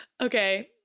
Okay